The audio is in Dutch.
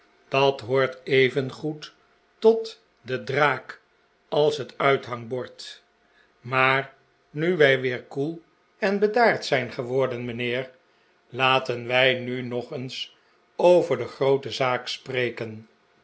dat hoort evengoed tot de draak als het uithangbord maar nu wij weer koel en bedaard zijn geworden mijnheer laten wij nu nog eens over de groote zaak spreken